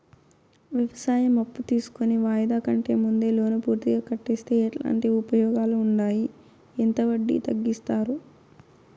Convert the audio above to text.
వ్యవసాయం అప్పు తీసుకొని వాయిదా కంటే ముందే లోను పూర్తిగా కట్టేస్తే ఎట్లాంటి ఉపయోగాలు ఉండాయి? ఎంత వడ్డీ తగ్గిస్తారు?